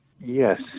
Yes